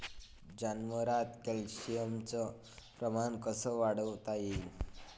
जनावरात कॅल्शियमचं प्रमान कस वाढवता येईन?